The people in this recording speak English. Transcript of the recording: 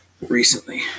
Recently